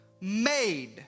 made